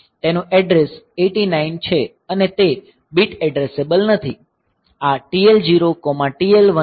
તેનું એડ્રેસ 89 છે અને તે બીટ એડ્રેસેબલ નથી